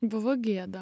buvo gėda